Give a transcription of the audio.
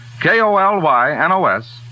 K-O-L-Y-N-O-S